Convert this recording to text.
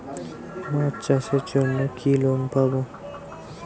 মাছ চাষের জন্য কি লোন পাব?